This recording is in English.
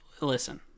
Listen